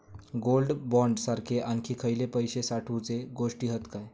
Gold bond सारखे आणखी खयले पैशे साठवूचे गोष्टी हत काय?